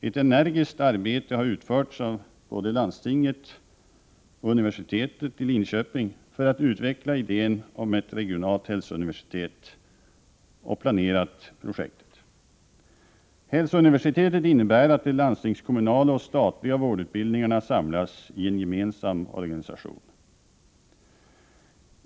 Ett energiskt arbete har utförts av både landstinget och universitetet i Linköping för att utveckla idén om ett regionalt hälsouniversitet, och man har även planerat projektet. Hälsouniversitetet innebär att de landstingskommunala och statliga vårdutbildningarna samlas i en gemensam organisation.